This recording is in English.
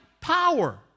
power